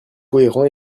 cohérent